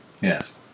Yes